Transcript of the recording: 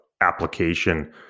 application